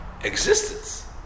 existence